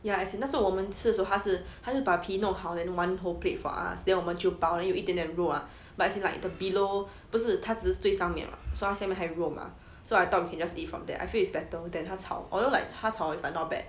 ya as in 那时候我们吃的时候他是他是把皮弄好 then one whole plate for us then 我们就包了还有一点点肉 lah but as in like the below 不是它只是最上面 [what] so 他下面还有肉 mah so I thought we can just eat from that I feel it's better than 他炒 although like 他炒 is like not bad